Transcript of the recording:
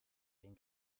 den